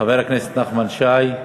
חבר הכנסת נחמן שי,